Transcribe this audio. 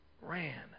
ran